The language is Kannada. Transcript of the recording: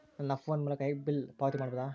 ನನ್ನ ಫೋನ್ ಮೂಲಕ ಹೇಗೆ ಬಿಲ್ ಪಾವತಿ ಮಾಡಬಹುದು?